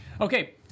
Okay